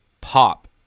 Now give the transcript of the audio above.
pop